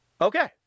Okay